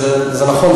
זה נכון.